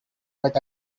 but